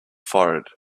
forehead